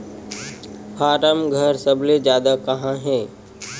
form घर सबले जादा कहां हे